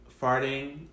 Farting